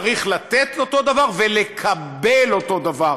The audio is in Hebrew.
צריך לתת אותו דבר ולקבל אותו דבר,